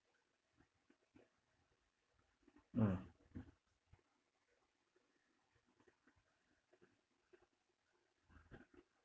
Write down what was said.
mm